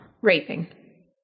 Raping